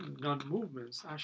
non-movements